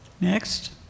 Next